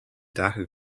darker